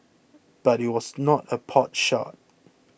but it was not a potshot